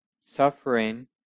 suffering